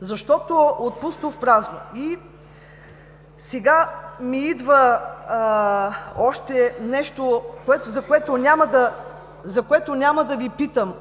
Защото – от пусто в празно. Сега ми идва още нещо, за което няма да Ви питам.